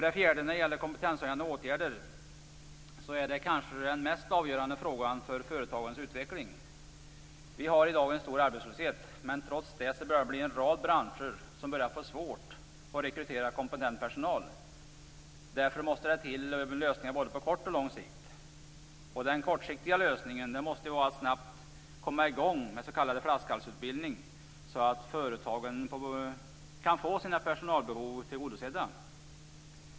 Den fjärde punkten, kompetenshöjande åtgärder, är kanske den mest avgörande frågan för företagens utveckling. Vi har i dag en stor arbetslöshet, men trots detta börjar en rad branscher få svårt att rekrytera kompetent personal. Därför måste det till lösningar på både kort och lång sikt. Den kortsiktiga lösningen måste vara att snabbt komma i gång med s.k. flaskhalsutbildning så att företagen kan få sina personalbehov tillgodosedda.